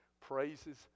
praises